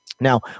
Now